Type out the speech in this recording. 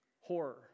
horror